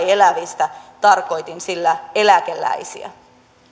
elävistä tarkoitin sillä eläkeläisiä